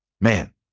Man